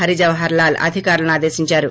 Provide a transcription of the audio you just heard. హరి జవహర్ లాల్ అధికారులను ఆదేశించారు